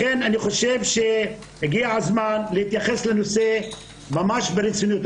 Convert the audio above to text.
לכן אני חושב שהגיע הזמן להתייחס לנושא ממש ברצינות.